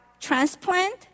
transplant